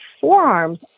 forearms